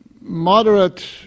moderate